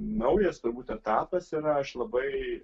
naujas turbūt etapas yra aš labai